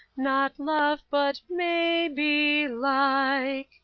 not love, but, may be, like!